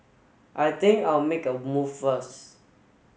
I think I'll make a move first